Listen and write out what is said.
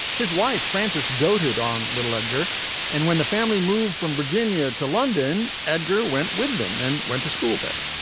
his wife frances doted on little edgar and when the family moved from virginia to london edgar went with them and went to school there.